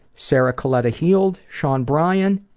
sarah coletaheild, sean bryan,